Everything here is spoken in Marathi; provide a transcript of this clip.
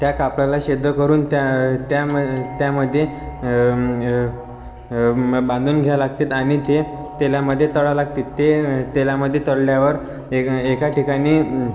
त्या कापडाला छिद्र करून त्या त्याम् त्यामध्ये म् बांधून घ्यावे लागते आणि ते तेलामध्ये तळावे लागते ते तेलामध्ये तळल्यावर एक एका ठिकाणी